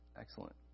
Excellent